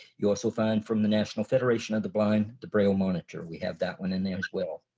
you also find from the national federation of the blind, the braille monitor. we have that one in there as well.